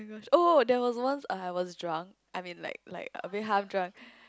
oh there was once I I was drunk I mean like like a bit half drunk